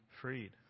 freed